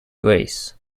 greece